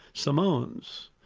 samoans.